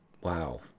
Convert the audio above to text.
Wow